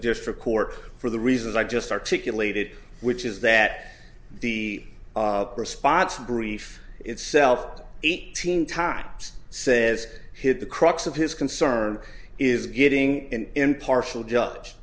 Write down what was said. district court for the reasons i just articulated which is that the response of grief itself eighteen times says hit the crux of his concern is getting an impartial judge